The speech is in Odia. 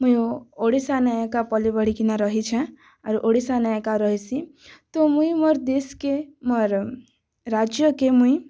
ମୁଇଁ ଓଡ଼ିଶା ନେକା ପଲି ବଢ଼ିକିନା ରହିଛେଁ ଆରୁ ଓଡ଼ିଶା ନେକା ରହସିଁ ତ ମୁଇଁ ମୋର ଦେଶକେ ମୋର ରାଜ୍ୟକେ ମୁଇଁ